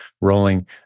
rolling